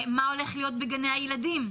מה יהיה בגני הילדים?